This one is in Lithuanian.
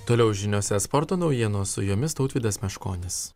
toliau žiniose sporto naujienos su jomis tautvydas meškonis